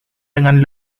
dengan